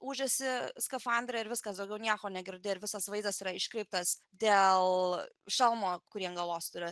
ūžesį skafandre ir viskas daugiau nieko negirdi ir visas vaizdas yra iškreiptas dėl šalmo kurį ant galvos turi